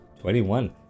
21